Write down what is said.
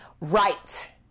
Right